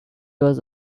was